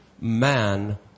man